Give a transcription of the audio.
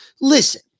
listen